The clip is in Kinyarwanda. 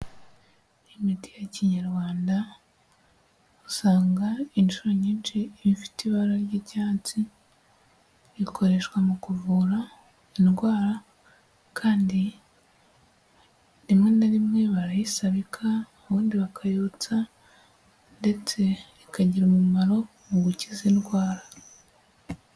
Imiti ya Kinyarwanda usanga inshuro nyinshi iba ifite ibara ry'icyatsi, ikoreshwa mu kuvura indwara kandi rimwe na rimwe barayisabika, ubundi bakayotsa ndetse ikagira umumaro mu gukiza indwara.